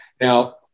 Now